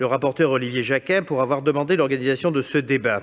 son rapporteur, Olivier Jacquin, d'avoir demandé l'organisation de ce débat.